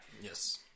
Yes